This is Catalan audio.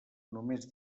només